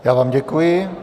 Já vám děkuji.